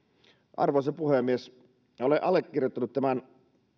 arvoisa puhemies olen allekirjoittanut tämän